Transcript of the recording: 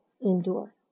endure